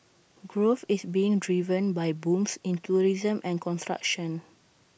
growth is being driven by booms in tourism and construction